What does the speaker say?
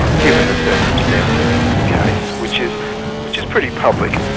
given the circumstances of her case, which is which is pretty public.